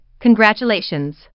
Congratulations